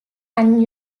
and